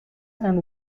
and